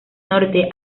norte